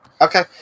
Okay